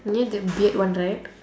near the beard one right